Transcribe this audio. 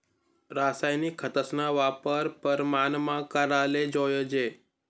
रासायनिक खतस्ना वापर परमानमा कराले जोयजे